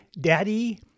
Daddy